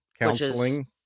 counseling